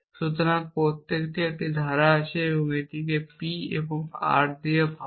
সুতরাং প্রতিটি একটি ধারা আছে এবং আমি এটিকে একটি P এবং R হিসাবে ভাবতে পারি